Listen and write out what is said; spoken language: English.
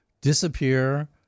disappear